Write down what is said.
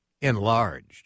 enlarged